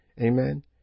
Amen